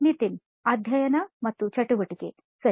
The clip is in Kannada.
ನಿತಿನ್ ಅಧ್ಯಯನ ಮತ್ತು ಚಟುವಟಿಕೆ ಸರಿ